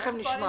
תכף נשמע.